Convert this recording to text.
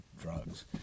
drugs